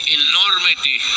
enormity